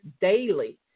daily